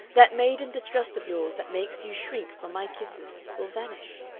that maiden distrust of yours that makes you shrink from my kisses, will vanish.